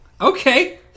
Okay